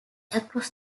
across